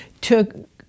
took